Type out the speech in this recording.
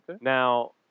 Now